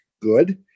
Good